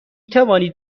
توانید